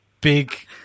Big